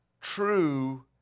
true